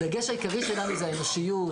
הדגש העיקרי שלנו זה האנושיות,